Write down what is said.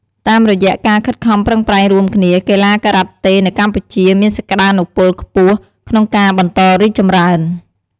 តាមរយៈការខិតខំប្រឹងប្រែងរួមគ្នា កីឡាការ៉ាតេនៅកម្ពុជាមានសក្ដានុពលខ្ពស់ក្នុងការបន្តរីកចម្រើន។